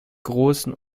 großen